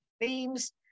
themes